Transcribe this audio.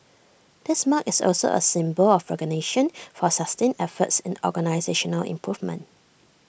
this mark is also A symbol of recognition for sustained efforts in organisational improvement